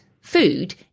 food